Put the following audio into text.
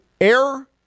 air